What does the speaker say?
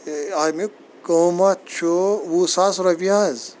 اَمیُک قۭمَتھ چھُ وُہ ساس رۄپیہِ حظ